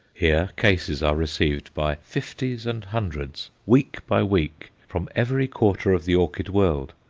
here cases are received by fifties and hundreds, week by week, from every quarter of the orchid world,